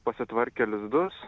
pasitvarkė lizdus